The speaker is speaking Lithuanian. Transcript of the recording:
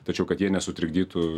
tačiau kad jie nesutrikdytų